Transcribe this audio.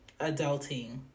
adulting